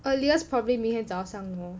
earliest probably 明天早上 lor